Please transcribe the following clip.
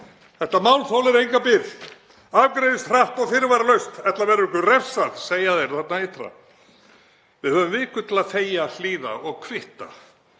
Þetta mál þolir enga bið, afgreiðist hratt og fyrirvaralaust, ella verður refsað, segja þeir þarna ytra. Við höfum viku til að þegja, hlýða og kvitta.